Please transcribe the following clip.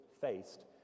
faced